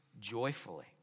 joyfully